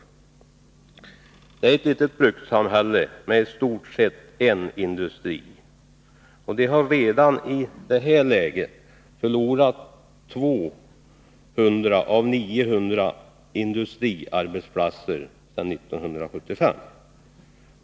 Lesjöfors är ett litet brukssamhälle med i stort sett en enda industri, som redan i det läget hade förlorat ca 200 av 900 industriarbetsplatser sedan 1975.